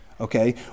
okay